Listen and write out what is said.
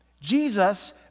Jesus